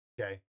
Okay